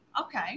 Okay